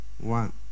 one